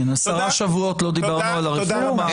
כן, עשרה שבועות לא דיברנו על הרפורמה.